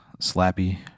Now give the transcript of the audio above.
slappy